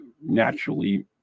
naturally